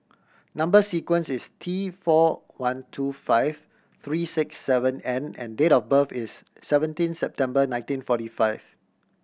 number sequence is T four one two five three six seven N and date of birth is seventeen September nineteen forty five